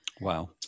Wow